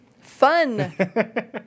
Fun